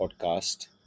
podcast